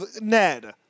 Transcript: Ned